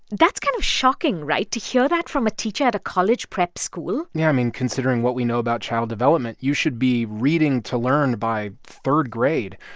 that's kind of shocking right? to hear that from a teacher at a college prep school yeah. i mean, considering what we know about child development, you should be reading to learn by third grade.